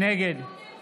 נגד מכלוף